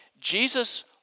Jesus